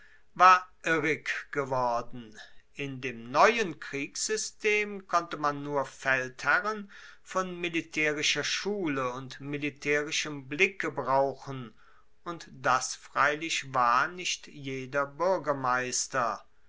war irrig geworden in dem neuen kriegssystem konnte man nur feldherren von militaerischer schule und militaerischem blicke brauchen und das freilich war nicht jeder buergermeister